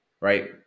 right